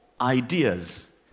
ideas